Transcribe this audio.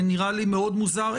נראה לי מאוד מוזר,